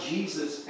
Jesus